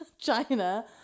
China